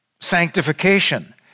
sanctification